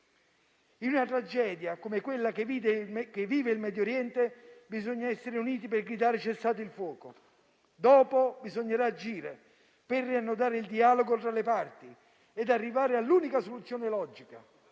In una tragedia, come quella che vive il Medio Oriente, bisogna essere uniti nel gridare «cessate il fuoco». Dopo bisognerà agire per riannodare il dialogo tra le parti e arrivare all'unica soluzione logica: